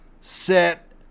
set